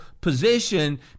position